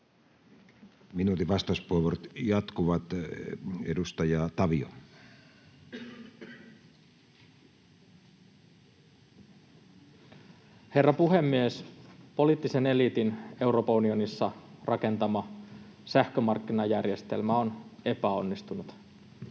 lisätalousarvioksi Time: 15:06 Content: Herra puhemies! Poliittisen eliitin Euroopan unionissa rakentama sähkömarkkinajärjestelmä on epäonnistunut.